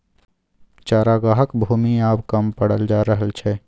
चरागाहक भूमि आब कम पड़ल जा रहल छै